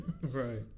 Right